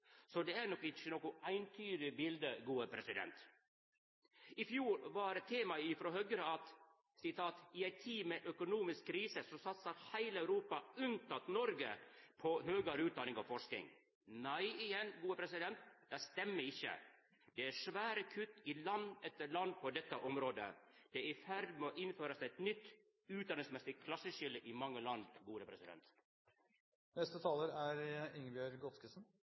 Så det er nok ikkje noko eintydig bilete. I fjor var temaet frå Høgre at i ei tid med økonomisk krise, så satsar heile Europa unntatt Noreg på høgare utdanning og forsking. Nei, igjen, dette stemmer ikkje. Det er svære kutt i land etter land på dette området. Det er i ferd med å bli innført eit nytt utdanningsmessig klasseskilje i mange land.